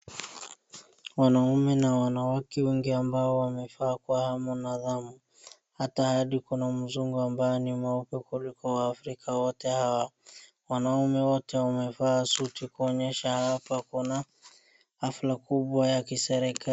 Wanaume na wanawake wengi ambao wamekaa kwa hamu na ghamu, hata hadi kuna mzungu ambaye ni mweupe kuliko waafrika wote hawa, wanaume wote wamevaa suti kuonyesha hapa kuna hafla kubwa ya kiserikali.